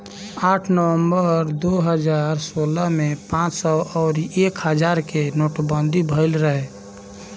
आठ नवंबर दू हजार सोलह में पांच सौ अउरी एक हजार के नोटबंदी भईल रहे